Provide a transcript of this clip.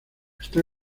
está